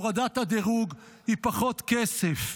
הורדת הדירוג היא פחות כסף,